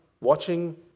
watching